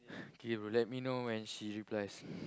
K bro let me know when she replies